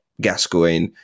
Gascoigne